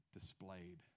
displayed